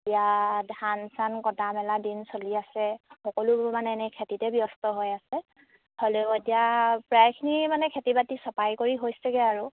ইয়াত ধান চান কটা মেলা দিন চলি আছে সকলোবোৰ মানে এনেই খেতিতে ব্যস্ত হৈ আছে হ'লেও এতিয়া প্ৰায়খিনি মানে খেতি বাতি চপাই কৰি হৈছেগৈ আৰু